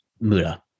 Muda